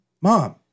mom